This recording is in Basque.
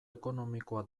ekonomikoa